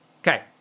Okay